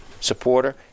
supporter